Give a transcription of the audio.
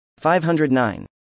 509